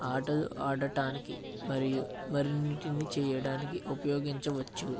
ఆటలు ఆడటానికి మరియు మరిన్నింటినీ చేయడానికి ఉపయోగించవచ్చు